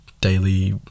daily